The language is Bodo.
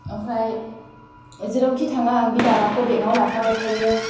ओमफ्राय जेरावखि थाङा आङो बि दाबाखौ बेगाव लाफाबाय थायो